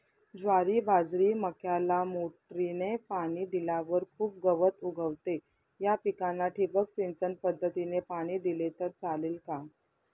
ज्वारी, बाजरी, मक्याला मोटरीने पाणी दिल्यावर खूप गवत उगवते, या पिकांना ठिबक सिंचन पद्धतीने पाणी दिले तर चालेल का?